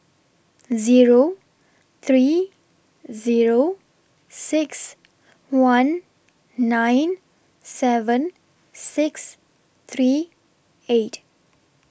Zero three Zero six one nine seven six three eight